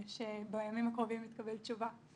שבימים הקרובים היא תקבל תשובה.